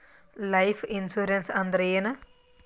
Life insurance ಅಂದ್ರ ಏನ?